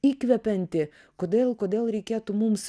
įkvepianti kodėl kodėl reikėtų mums